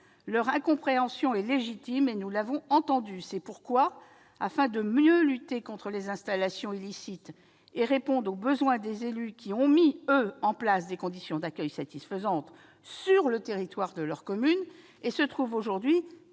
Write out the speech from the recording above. Leur incompréhension est légitime, et nous l'avons entendue. C'est pourquoi, afin de mieux lutter contre les installations illicites et de répondre aux besoins des élus qui, eux, ont mis en place des conditions d'accueil satisfaisantes sur le territoire de leur commune et se trouvent aujourd'hui